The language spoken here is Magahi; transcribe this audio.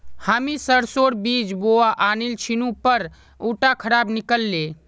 हामी सरसोर बीज बोवा आनिल छिनु पर उटा खराब निकल ले